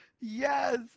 Yes